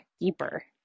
deeper